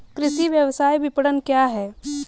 कृषि व्यवसाय विपणन क्या है?